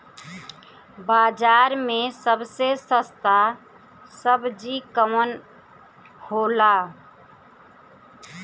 बाजार मे सबसे सस्ता सबजी कौन होला?